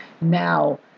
Now